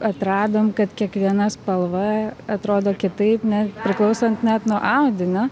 atradom kad kiekviena spalva atrodo kitaip ne priklausant net nuo audinio